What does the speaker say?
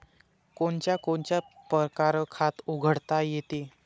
कोनच्या कोनच्या परकारं खात उघडता येते?